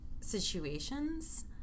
situations